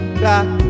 back